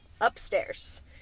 Upstairs